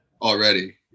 already